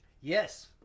yes